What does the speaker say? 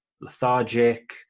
lethargic